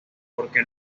porque